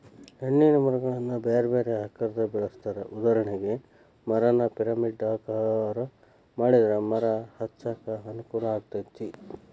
ಹಣ್ಣಿನ ಮರಗಳನ್ನ ಬ್ಯಾರ್ಬ್ಯಾರೇ ಆಕಾರದಾಗ ಬೆಳೆಸ್ತಾರ, ಉದಾಹರಣೆಗೆ, ಮರಾನ ಪಿರಮಿಡ್ ಆಕಾರ ಮಾಡಿದ್ರ ಮರ ಹಚ್ಚಾಕ ಅನುಕೂಲಾಕ್ಕೆತಿ